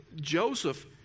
Joseph